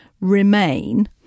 Remain